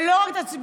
לא רק הצביעו,